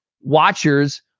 watchers